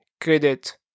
credit